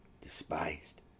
despised